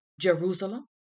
Jerusalem